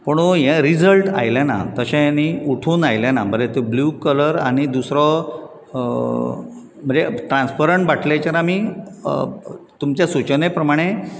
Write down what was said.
पुणू result आयलें ना तशें नी उठून आयलें ना बरो तो ब्लू कलर आनी तो दुसरो म्हणजे ट्रांसपेरंट बाटलेचेर आमी तुमचे सुचणे प्रमाणें